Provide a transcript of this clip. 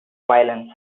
violence